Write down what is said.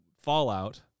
Fallout